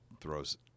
throws